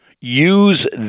use